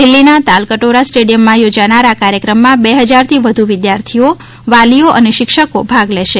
દિલ્ફીના તલકટોરા સ્ટેડિયમમાં યોજાનાર આ કાર્યક્રમમાં બે ફજારથી વધુ વિદ્યાર્થીઓ વાલીઓ અને શિક્ષકો ભાગ લેશે